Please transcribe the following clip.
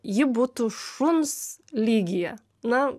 ji būtų šuns lygyje na